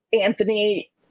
Anthony